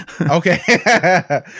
Okay